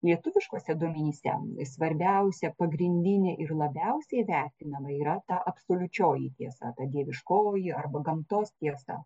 lietuviškuose duomenyse svarbiausia pagrindinė ir labiausiai vertinama yra ta absoliučioji tiesa ta dieviškoji arba gamtos tiesa